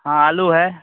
हाँ आलू है